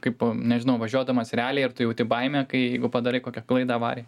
kaip nežinau važiuodamas realiai ir tu jauti baimę kai jeigu padarai kokią klaidą avariją